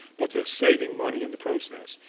but they're saving money in the process.